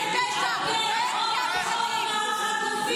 יש פגיעה בחפים מפשע?